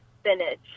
spinach